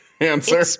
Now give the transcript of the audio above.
answer